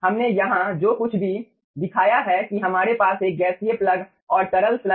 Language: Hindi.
हमने यहां जो कुछ भी दिखाया है कि हमारे पास एक गैसीय प्लग और तरल स्लग हैं